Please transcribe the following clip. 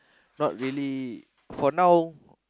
not really for now